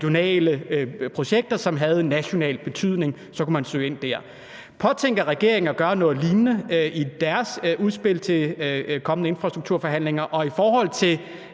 regionale projekter, som havde national betydning. Så kunne man søge ind der. Påtænker regeringen at gøre noget lignende i deres udspil til de kommende infrastrukturforhandlinger? Og er det i forhold til